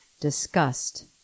disgust